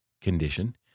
condition